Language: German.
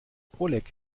oleg